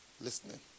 Listening